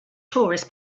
tourists